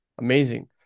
Amazing